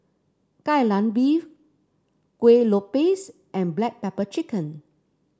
Kai Lan Beef Kuih Lopes and Black Pepper Chicken